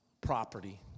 property